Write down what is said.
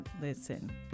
listen